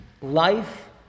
life